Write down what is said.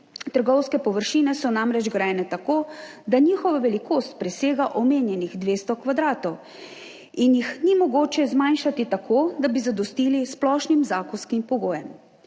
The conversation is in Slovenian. trgovske površine so namreč grajene tako, da njihova velikost presega omenjenih 200 kvadratov in jih ni mogoče zmanjšati tako, da bi zadostili splošnim zakonskim pogojem.